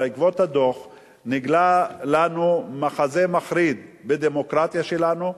בעקבות הדוח נגלה לנו מחזה מחריד בדמוקרטיה שלנו.